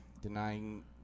Denying